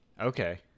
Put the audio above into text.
Okay